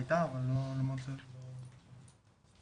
אני עו"ד דיאנה בארון מהאגף לקידום זכויות באלו"ט ונמצאת איתי גם יעל